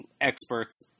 experts